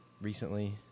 recently